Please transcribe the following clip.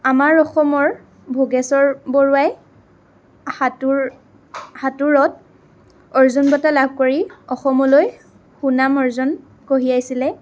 আমাৰ অসমৰ ভোগেশ্বৰ বৰুৱাই সাতোঁৰ সাতোঁৰত অৰ্জুন বঁটা লাভ কৰি অসমলৈ সুনাম অৰ্জন কঢ়িয়াইছিলে